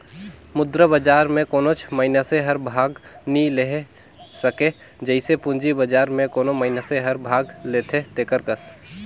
मुद्रा बजार में कोनोच मइनसे हर भाग नी ले सके जइसे पूंजी बजार में कोनो मइनसे हर भाग लेथे तेकर कस